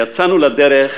יצאנו לדרך